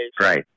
Right